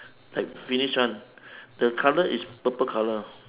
like village one the colour is purple colour